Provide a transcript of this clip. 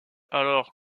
alors